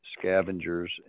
scavengers